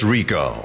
Rico